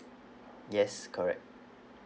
yes correct